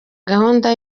gahunda